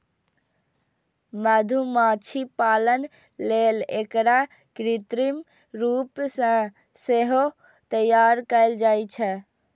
मधुमाछी पालन लेल एकरा कृत्रिम रूप सं सेहो तैयार कैल जाइ छै